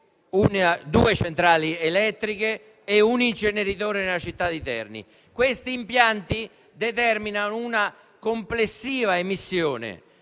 due centrali elettriche e un inceneritore, nella città di Terni). Questi impianti determinano una complessiva emissione